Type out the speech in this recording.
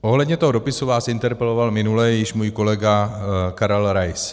Ohledně toho dopisu vás interpeloval minule již můj kolega Karel Rais.